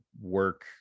work